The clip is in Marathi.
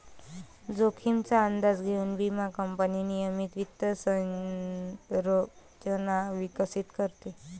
जोखमीचा अंदाज घेऊन विमा कंपनी नियमित वित्त संरचना विकसित करते